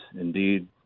indeed